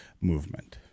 movement